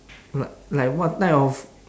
l~ like what type of